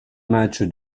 match